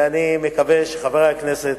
ואני מקווה שחברי הכנסת